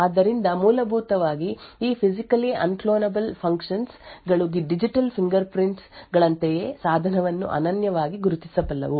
ಆದ್ದರಿಂದ ಮೂಲಭೂತವಾಗಿ ಈ ಫಿಸಿಕಲಿ ಅನ್ಕ್ಲೋನಬಲ್ ಫಂಕ್ಷನ್ಸ್ ಗಳು ಡಿಜಿಟಲ್ ಫಿಂಗರ್ಪ್ರಿಂಟ್ ಗಳಂತೆಯೇ ಸಾಧನವನ್ನು ಅನನ್ಯವಾಗಿ ಗುರುತಿಸಬಲ್ಲವು